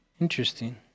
Interesting